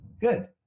Good